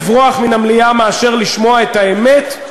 והעדיפו לברוח מן המליאה מאשר לשמוע את האמת.